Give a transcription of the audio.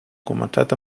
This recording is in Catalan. començat